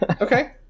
Okay